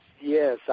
Yes